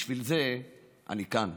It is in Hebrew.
בשביל זה אני כאן.